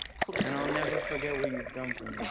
please. and i'll never forget what you've done for me. yeah,